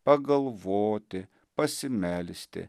pagalvoti pasimelsti